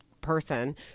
person